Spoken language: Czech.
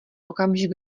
okamžik